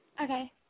Okay